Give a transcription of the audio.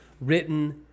written